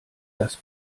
das